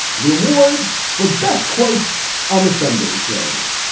the awards for best quotes on the sunday shows.